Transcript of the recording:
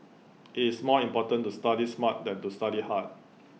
IT is more important to study smart than to study hard